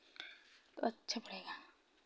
तो अच्छा पड़ेगा